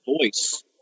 voice